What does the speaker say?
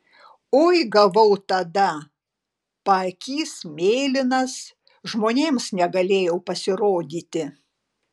oi gavau tada paakys mėlynas žmonėms negalėjau pasirodyti